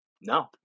No